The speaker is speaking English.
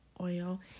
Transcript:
oil